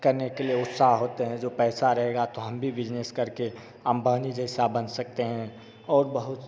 करने के लिए उत्साह होते हैं जो पैसा रहेगा तो हम भी बिज़नेस करके अंबानी जैसा बन सकते हैं और बहुत